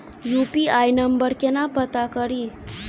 UPI number केना पत्ता कड़ी?